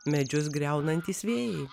medžius griaunantys vėjai